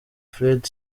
fred